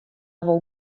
wol